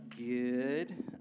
Good